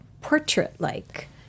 portrait-like